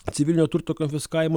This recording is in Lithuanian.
civilinio turto konfiskavimo